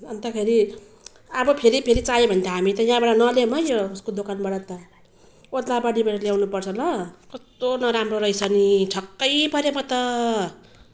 अन्तखेरि अब फेरि फेरि चाहियो भने त हामी त यहाँबाट नल्याऊँ है यो उसको दोकानबाट त ओद्लाबाडीबाट ल्याउनुपर्छ ल कस्तो नराम्रो रहेछ नि छक्कै परेँ म त